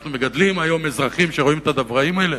אנו מגדלים היום אזרחים שרואים את הדברים האלה,